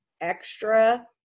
extra